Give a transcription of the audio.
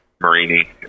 Marini